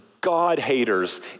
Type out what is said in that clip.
God-haters